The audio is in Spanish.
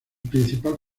principal